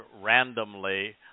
randomly